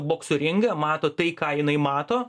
bokso ringą mato tai ką jinai mato